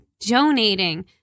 donating